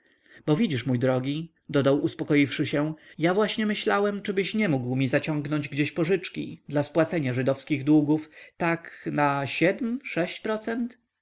bo widzisz mój drogi dodał uspokoiwszy się ja właśnie myślałem czybyś nie mógł mi zaciągnąć gdzie pożyczki dla spłacenia żydowskich długów tak na siedm sześć procent